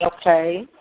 Okay